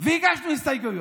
והגשנו הסתייגויות.